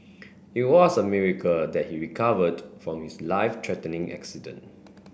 it was a miracle that he recovered from his life threatening accident